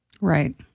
Right